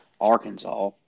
Arkansas